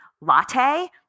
latte